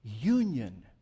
Union